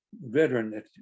veteran